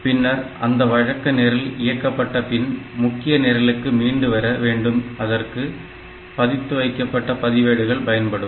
பின்னர் அந்த வழக்க நிரல் இயக்கப்பட்ட பின் முக்கிய நிரலுக்கு மீண்டுவர வேண்டும் அதற்கு இந்த பதித்து வைக்கப்பட்ட பதிவேடுகள் பயன்படும்